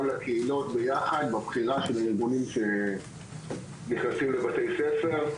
לקהילות ביחד בבחירה של הארגונים שנכנסים לבתי ספר.